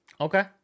Okay